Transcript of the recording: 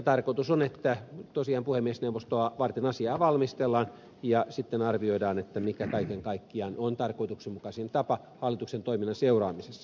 tarkoitus on että puhemiesneuvostoa varten asiaa valmistellaan ja sitten arvioidaan mikä kaiken kaikkiaan on tarkoituksenmukaisin tapa hallituksen toiminnan seuraamisessa